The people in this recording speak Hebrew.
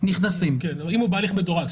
נכנסים, אם הוא בהליך מדורג.